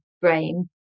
brain